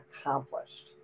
accomplished